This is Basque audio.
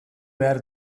behar